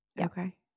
Okay